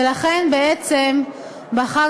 ולכן בעצם בחר